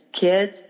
Kids